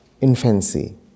infancy